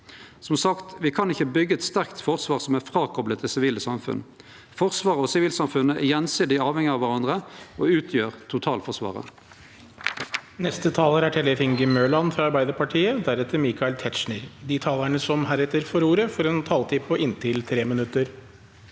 Som sagt: Me kan ikkje byggje eit sterkt forsvar som er fråkopla sivilsamfunnet. Forsvaret og sivilsamfunnet er gjensidig avhengige av kvarandre og utgjer totalforsvaret.